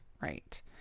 right